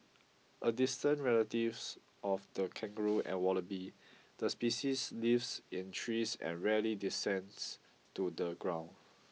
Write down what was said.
a distant relatives of the kangaroo and wallaby the species lives in trees and rarely descends to the ground